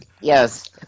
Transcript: Yes